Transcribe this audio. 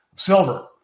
Silver